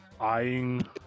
eyeing